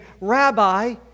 Rabbi